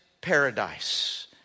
paradise